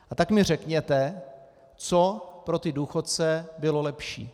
A tak mi řekněte, co pro ty důchodce bylo lepší.